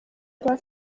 rwa